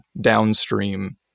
downstream